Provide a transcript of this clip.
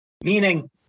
meaning